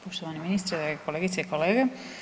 Poštovani ministre, kolegice i kolege.